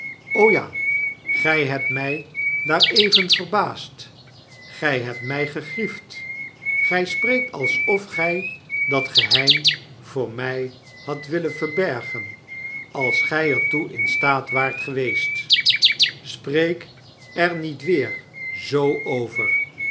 ja gij hebt my daar even verbaasd gy hebt my gegriefd gy spreekt alsof gij dat geheim voor my hadt willen verbergen als gy er toe in staat waart geweest spreek er niet weer zoo over